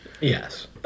Yes